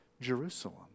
Jerusalem